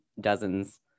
dozens